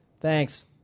Thanks